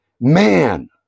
man